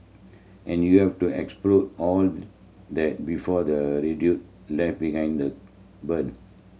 and you have to explode all that before the left behind the bun